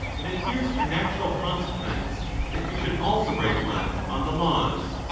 it appears a natural consequence that you should also write one on the laws.